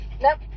Nope